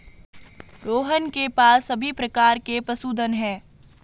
रोहन के पास सभी प्रकार के पशुधन है